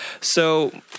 So-